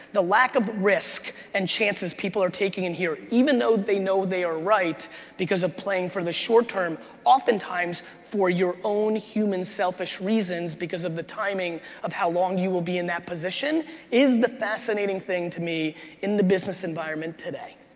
the lack of risk and chances people are taking in here, even though they know they are right because of playing for the short-term, oftentimes for your own human selfish reasons because of the timing of how long you will be in that position is the fascinating thing to me in the business environment today.